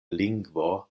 lingvo